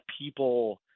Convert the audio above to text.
people